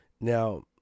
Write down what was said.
now